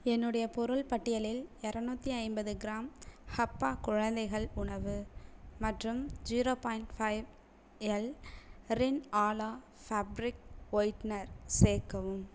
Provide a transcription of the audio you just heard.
என்னுடைய பொருள் பட்டியலில் இரநாத்தி ஐம்பது கிராம் ஹப்பா குழந்தைகள் உணவு மற்றும் zero point five L Rin Ala fabric whitener சேர்க்கவும்